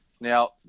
Now